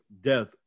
death